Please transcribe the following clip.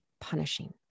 punishing